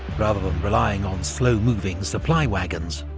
rather than relying on slow-moving supply wagons.